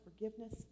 forgiveness